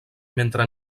mentre